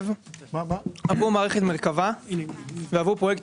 להתחייב עבור מערכת מרכבה ועבור פרויקט